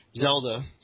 Zelda